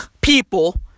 people